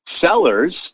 sellers